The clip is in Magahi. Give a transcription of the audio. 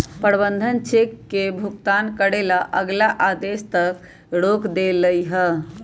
प्रबंधक चेक के भुगतान करे ला अगला आदेश तक रोक देलई ह